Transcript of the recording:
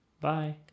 Bye